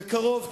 בקרוב כנראה,